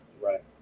right